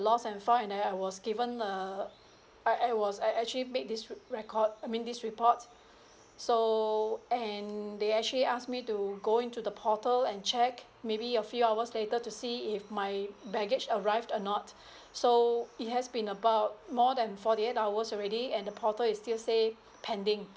lost and found and then I was given a I I was I actually made this record I mean this report so and they actually ask me to go into the portal and check maybe a few hours later to see if my baggage arrived or not so it has been about more than forty eight hours already at the portal it still say pending